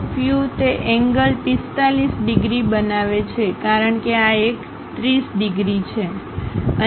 ટોપ view એ તે angle 45 degree બનાવે છે કારણ કે આ એક 30 ડિગ્રી છે